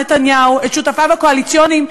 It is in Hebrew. נתניהו את שותפיו הקואליציוניים.